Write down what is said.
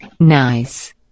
nice